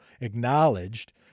acknowledged